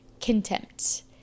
Contempt